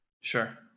Sure